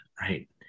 Right